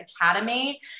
Academy